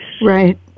Right